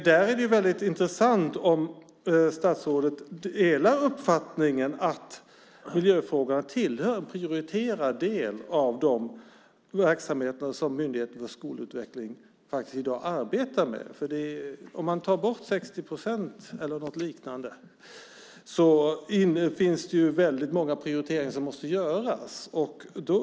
Där är det intressant om statsrådet delar uppfattningen att miljöfrågorna hör till en prioriterad del av verksamheterna som Myndigheten för skolutveckling i dag arbetar med. Om man tar bort 60 procent, eller något liknande, finns det väldigt många prioriteringar som måste göras.